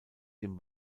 dem